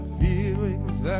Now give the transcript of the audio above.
feelings